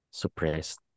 suppressed